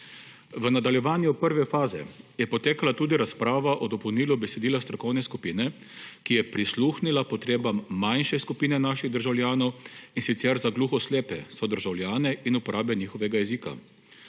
V nadaljevanju prve faze je potekala tudi razprava o dopolnilu besedila strokovne skupine, ki je prisluhnila potrebam manjše skupine naših državljanov, in sicer za gluhoslepe sodržavljane in uporabe njihovega jezika.